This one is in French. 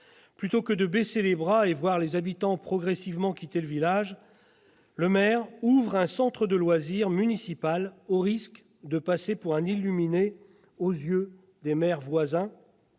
plutôt que de baisser les bras et voir les habitants quitter progressivement le village, le maire a ouvert un centre de loisirs municipal, au risque de passer pour un illuminé aux yeux des élus voisins